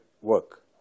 work